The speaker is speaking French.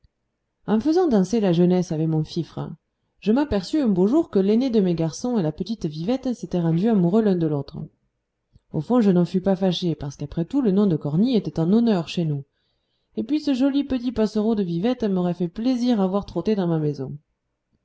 en faisant danser la jeunesse avec mon fifre je m'aperçus un beau jour que l'aîné de mes garçons et la petite vivette s'étaient rendus amoureux l'un de l'autre au fond je n'en fus pas fâché parce qu'après tout le nom de cornille était en honneur chez nous et puis ce joli petit passereau de vivette m'aurait fait plaisir à voir trotter dans ma maison